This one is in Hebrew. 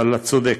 אבל את צודקת.